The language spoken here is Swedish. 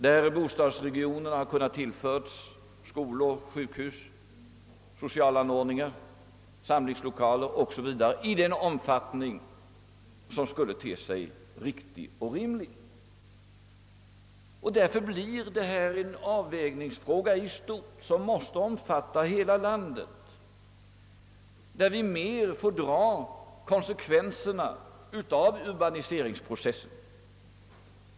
Bostadsområdena har t.ex. icke kunnat tillföras skolor, sjukhus, sociala anordningar, samlingslokaler m.m. i den utsträckning som skulle ha tett sig riktig och rimlig. Därför blir detta en avvägningsfråga i stort, som måste omfatta hela landet, och där vi i vidare mån får dra konsekvenserna av urbaniseringsprocessen.